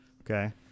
Okay